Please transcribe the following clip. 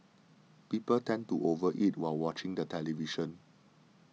people tend to over eat while watching the television